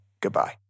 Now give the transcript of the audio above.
Goodbye